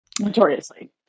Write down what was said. Notoriously